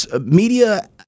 media